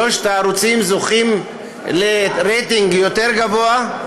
שלושת הערוצים זוכים לרייטינג גבוה יותר.